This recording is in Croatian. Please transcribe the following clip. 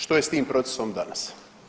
Što je s tim procesom danas?